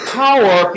power